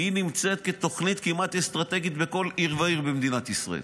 נמצאת כתוכנית כמעט אסטרטגית בכל עיר ועיר במדינת ישראל,